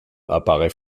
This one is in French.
apparaît